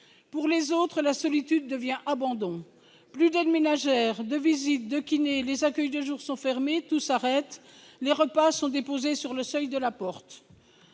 Pour les autres, la solitude devient abandon : plus d'aide-ménagère, de visites, de kiné. Les accueils de jour sont fermés : tout s'arrête, et les repas sont déposés sur le seuil de la porte.